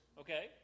okay